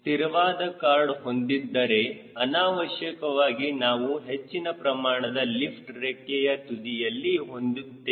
ಸ್ಥಿರವಾದ ಕಾರ್ಡ್ ಹೊಂದಿದ್ದರೆ ಅನಾವಶ್ಯಕವಾಗಿ ನಾನು ಹೆಚ್ಚಿನ ಪ್ರಮಾಣದ ಲಿಫ್ಟ್ ರೆಕ್ಕೆಯ ತುದಿಯಲ್ಲಿ ಹೊಂದುತ್ತೇನೆ